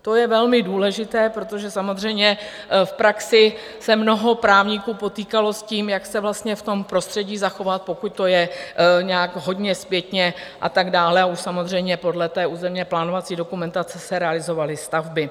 To je velmi důležité, protože samozřejmě v praxi se mnoho právníků potýkalo s tím, jak se vlastně v tom prostředí zachovat, pokud to je nějak hodně zpětně a tak dále a už samozřejmě podle té územněplánovací dokumentace se realizovaly stavby.